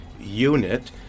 unit